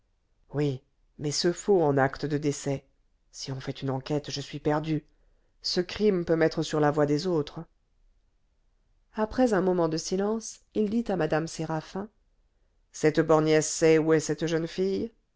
oui mais ce faux en acte de décès si on fait une enquête je suis perdu ce crime peut mettre sur la voie des autres après un moment de silence il dit à mme séraphin cette borgnesse sait où est cette jeune fille